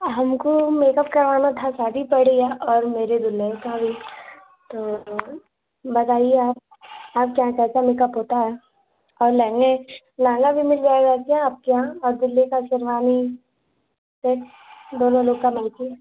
हमको मेकअप करवाना था शादी पड़ी है और मेरे दुल्हन का भी तो बताइए आप आप के यहाँ कैसा मेकअप होता है और लहँगे लहँगा भी मिल जाएगा क्या आपके यहाँ और दूल्हे का शेरवानी सेट दोनों लोग का मैचिंग